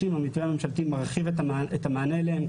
המתווה הממשלתי מרחיב את המענה להן,